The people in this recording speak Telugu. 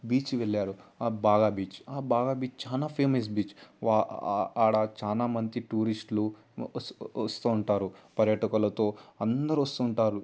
బీచ్ వెళ్ళారు ఆ బాగా బీచ్ ఆ బాగా బీచ్ చాలా ఫేమస్ బీచ్ అక్కడ చాలా మంచి టూరిస్ట్లు వస్తూ ఉంటారు పర్యటకలతో అందరూ వస్తుంటారు